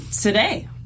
today